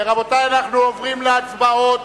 רבותי, אנחנו עוברים להצבעות.